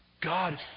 God